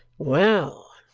well!